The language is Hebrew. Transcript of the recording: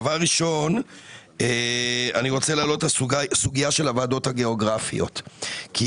אני רוצה להעלות את הסוגייה של הוועדות הגיאוגרפיות כי